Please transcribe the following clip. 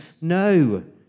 No